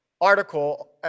article